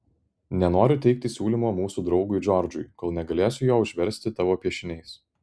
nenoriu teikti siūlymo mūsų draugui džordžui kol negalėsiu jo užversti tavo piešiniais